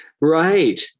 Right